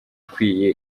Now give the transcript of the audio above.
ukwiye